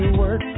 work